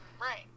Right